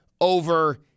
over